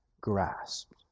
grasped